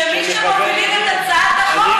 שמי שמובילים את הצעת החוק,